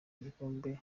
igikombe